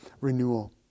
renewal